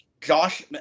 Josh